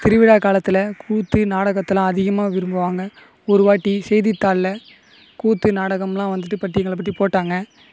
திருவிழா காலத்தில் கூத்து நாடகத்தெலாம் அதிகமாக விரும்புவாங்க ஒரு வாட்டி செய்தி தாள்லில் கூத்து நாடகமெலாம் வந்து பட்டிய கிளப்பிட்டு போட்டாங்கள்